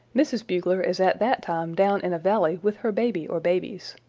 mrs. bugler is at that time down in a valley with her baby or babies.